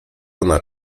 ona